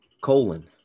colon